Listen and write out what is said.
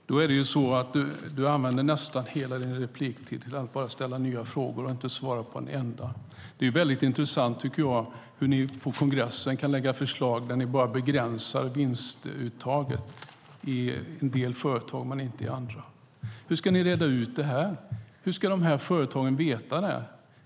Herr talman! Carina Adolfsson Elgestam använde nästan hela sin replik till att ställa nya frågor utan att svara på en enda. Det är väldigt intressant, tycker jag, hur ni på kongressen kan lägga fram förslag där ni begränsar vinstuttaget i en del företag men inte i andra. Hur ska ni reda ut det? Hur ska företagen veta det?